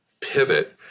pivot